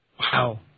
Wow